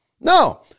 No